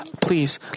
Please